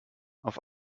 auf